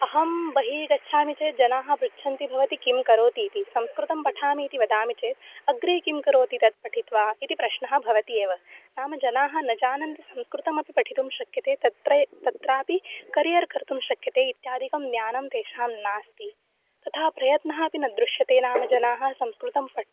अहं बहिः गच्छामि चेत् जनाः पृच्छन्ति भवति किं करोति इति संस्कृतं पठामि इति वदामि चेत् अग्रे किं करोति तत् पठित्वा इति प्रश्नः भवति एव नाम जनाः न जानन्ति संस्कृतमपि पठितुं शक्यते तत्र तत्रापि करियर् कर्तुं शक्यते इत्यादिकं ज्ञानं तेषां नास्ति तथा प्रयत्नः अपि न दृश्यते नाम जनाः संस्कृतं पठन्ति